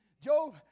Job